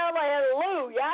Hallelujah